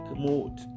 mode